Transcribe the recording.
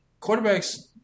quarterbacks